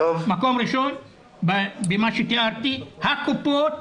מקום ראשון במה שתיארתי, הקופות,